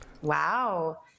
wow